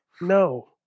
No